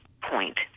point